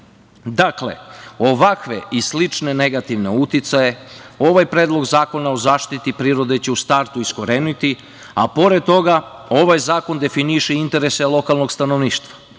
ovakve i slične negativne uticaje ovaj Predlog zakona o zaštiti prirode će u startu iskoreniti, a pored toga ovaj zakon definiše interese lokalnog stanovništva.